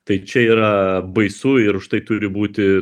tai čia yra baisu ir už tai turi būti